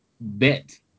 bet